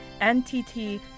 NTT